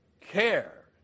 care